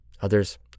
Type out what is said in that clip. others